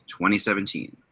2017